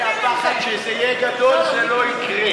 אדוני, הפחד, אם זה יהיה גדול זה לא יקרה.